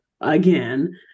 again